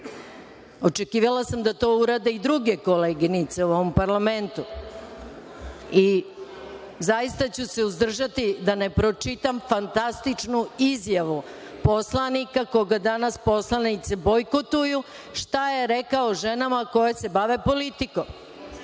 Očekivala sam da to urade i druge koleginice u ovom parlamentu. I zaista ću se uzdržati da ne pročitam fantastičnu izjavu poslanika, koga danas poslanici bojkotuju, šta je rekao o ženama koje se bave politikom.(Zoran